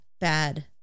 bad